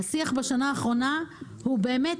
הוא באמת